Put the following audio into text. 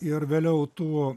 ir vėliau tų